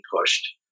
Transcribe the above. pushed